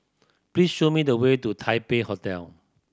please show me the way to Taipei Hotel